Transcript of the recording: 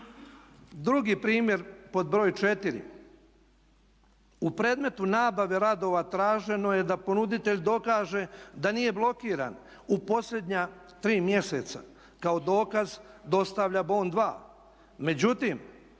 Drugi primjer pod broj 4. U predmetu nabave radova traženo je da ponuditelj dokaže da nije blokiran u posljednja tri mjeseca. Kao dokaz dostavlja bon 2. Međutim,